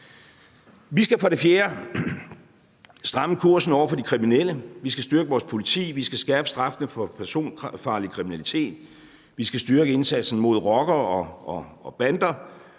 Vi skal for det fjerde stramme kursen over for de kriminelle. Vi skal styrke vores politi. Vi skal skærpe straffene for personfarlig kriminalitet. Vi skal styrke indsatsen mod rockere og bander.